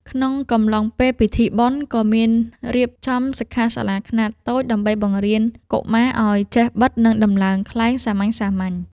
ក្នុងកំឡុងពេលពិធីបុណ្យ ក៏មានការរៀបចំសិក្ខាសាលាខ្នាតតូចដើម្បីបង្រៀនកុមារឱ្យចេះបិត និងដំឡើងខ្លែងសាមញ្ញៗ។